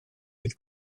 dydd